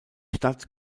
stadt